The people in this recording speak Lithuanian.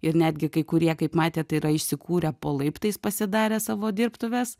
ir netgi kai kurie kaip matėt yra įsikūrę po laiptais pasidarę savo dirbtuves